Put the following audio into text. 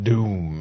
Doom